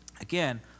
again